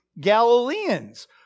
Galileans